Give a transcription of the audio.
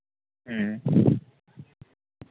ᱦᱮᱸ